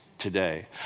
today